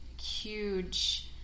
huge